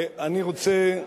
אני רוצה,